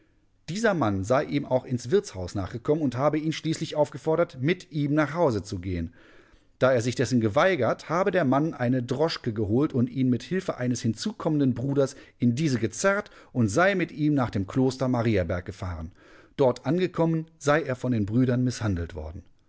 dieser mann sei ihm auch ins wirtshaus nachgekommen und habe ihn schließlich aufgefordert mit ihm nach hause zu gehen da er sich dessen geweigert habe der mann eine droschke geholt und ihn mit hilfe eines hinzugekommenen bruders in diese gezerrt und sei mit ihm nach dem kloster mariaberg gefahren dort angekommen sei er von den brüdern mißhandelt worden